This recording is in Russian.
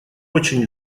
очень